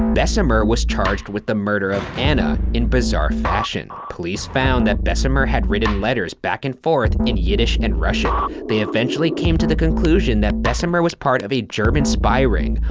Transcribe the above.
besumer was charged with the murder of anna, in bizarre fashion. police found that besumer had written letters, back and forth, in yiddish and russian. they eventually came to the conclusion that besumer was part of a german spy ring,